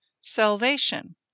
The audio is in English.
salvation